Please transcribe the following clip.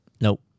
Nope